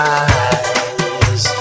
eyes